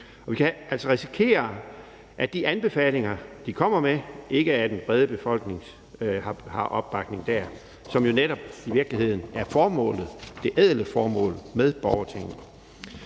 vi kan altså risikere, at de anbefalinger, de kommer med, ikke har den brede befolknings opbakning, hvilket jo netop i virkeligheden er formålet, det ædle formål, med borgertinget.